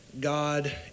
God